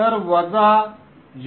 तर वजा 0